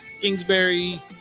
Kingsbury